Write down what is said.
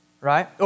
right